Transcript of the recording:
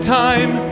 time